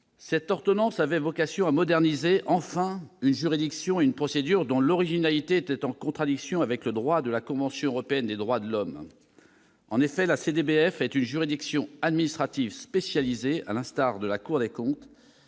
Cette ordonnance avait vocation à moderniser, enfin, une juridiction et une procédure dont l'originalité était en contradiction avec le droit de la convention européenne de sauvegarde des droits de l'homme et des libertés fondamentales. En effet, la CDBF est une juridiction administrative spécialisée, à l'instar de la Cour des comptes,